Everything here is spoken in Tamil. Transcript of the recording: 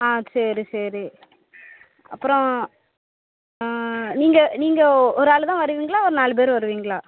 ஆ சரி சரி அப்பறம் நீங்கள் நீங்கள் ஒரு ஆள் தான் வருவீங்களா ஒரு நாலு பேர் வருவீங்களா